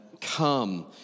come